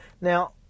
Now